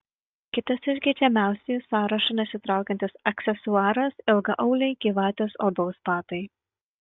kitas iš geidžiamiausiųjų sąrašo nesitraukiantis aksesuaras ilgaauliai gyvatės odos batai